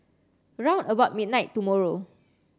round about midnight tomorrow